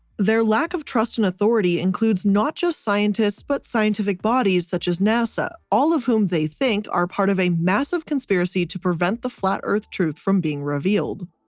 their lack of trust and authority includes not just scientists, but scientific bodies, such as nasa, all of whom they think are part of a massive conspiracy to prevent the flat earth truth from being revealed.